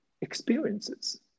experiences